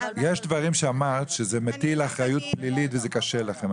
יש דברים שאמרת שזה מטיל אחריות פלילית וזה קשה לכם,